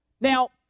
Now